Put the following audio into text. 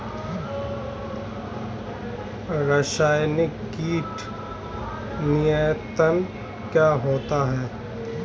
रसायनिक कीट नियंत्रण क्या होता है?